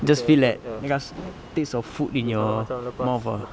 just feel that just taste of food in your mouth ah